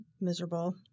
Miserable